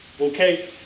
okay